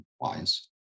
wise